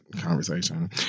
conversation